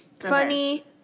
Funny